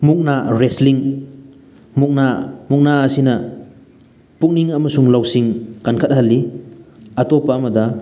ꯃꯨꯛꯅꯥ ꯔꯦꯁꯂꯤꯡ ꯃꯨꯛꯅꯥ ꯃꯨꯛꯅꯥ ꯑꯁꯤꯅ ꯄꯨꯛꯅꯤꯡ ꯑꯃꯁꯨꯡ ꯂꯧꯁꯤꯡ ꯀꯟꯈꯠꯍꯜꯂꯤ ꯑꯇꯣꯞꯄ ꯑꯃꯗ